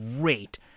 great